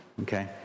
Okay